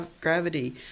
gravity